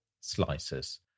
slices